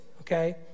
okay